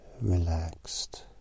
relaxed